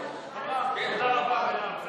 תודה רבה, מרב,